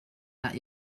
that